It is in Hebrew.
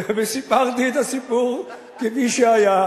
וסיפרתי את הסיפור כפי שהיה.